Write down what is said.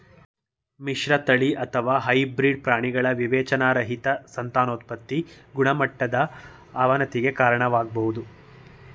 ಮಿಶ್ರತಳಿ ಅಥವಾ ಹೈಬ್ರಿಡ್ ಪ್ರಾಣಿಗಳ ವಿವೇಚನಾರಹಿತ ಸಂತಾನೋತ್ಪತಿ ಗುಣಮಟ್ಟದ ಅವನತಿಗೆ ಕಾರಣವಾಗ್ಬೋದು